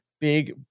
big